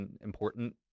important